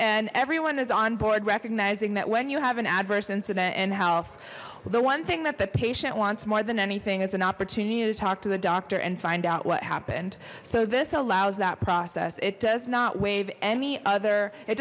and everyone is on board recognizing that when you have an adverse incident in health the one thing that the patient wants more than anything is an opportunity to talk to the doctor and find out what happened so this allows that process it does not waive any other it